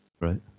right